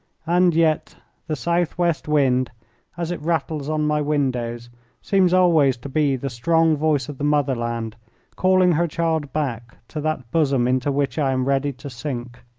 and yet the southwest wind as it rattles on my windows seems always to be the strong voice of the motherland calling her child back to that bosom into which i am ready to sink.